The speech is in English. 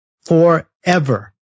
forever